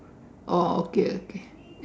oh okay okay